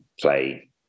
play